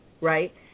right